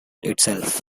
itself